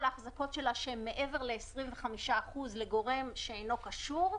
ההחזקות שלה שהן מעבר ל-25% לגורם שאינו קשור,